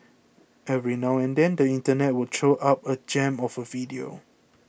every now and then the internet will throw up a gem of a video